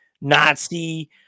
nazi